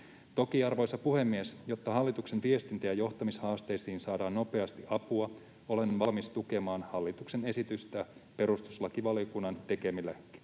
Toki, arvoisa puhemies, jotta hallituksen viestintä‑ ja johtamishaasteisiin saadaan nopeasti apua, olen valmis tukemaan hallituksen esitystä perustuslakivaliokunnan tekemillä